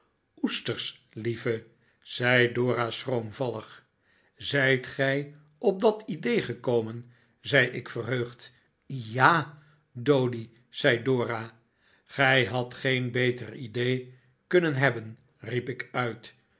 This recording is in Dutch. oesters lieve zei dora schroomvallig zijt gij op dat idee gekomen zei ik verheugd j ja doady zei dora gij hadt geen beter idee kunnen hebben riep ik uit